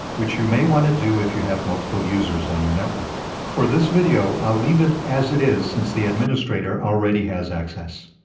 which you may want to do if you have multiple users on your network. for this video, i'll leave it as it is since the administrator already has access.